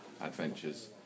adventures